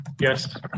Yes